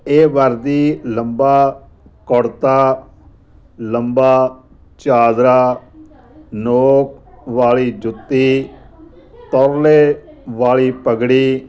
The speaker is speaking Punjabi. ਇਹ ਵਰਦੀ ਲੰਬਾ ਕੁੜਤਾ ਲੰਬਾ ਚਾਦਰਾ ਨੋਕ ਵਾਲੀ ਜੁੱਤੀ ਤੁਰਲੇ ਵਾਲੀ ਪਗੜੀ